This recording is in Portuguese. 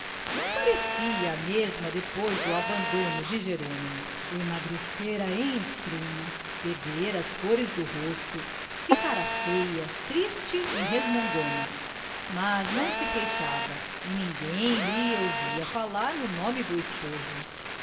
não parecia a mesma depois do abandono de jerônimo emagrecera em extremo perdera as cores do rosto ficara feia triste e resmungona mas não se queixava e ninguém lhe ouvia falar no nome do esposo